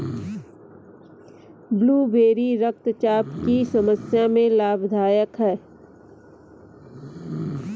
blueberry रक्तचाप की समस्या में लाभदायक है